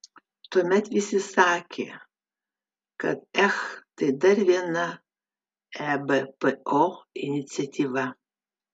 tuomet visi sakė kad ech tai dar viena ebpo iniciatyva